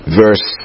verse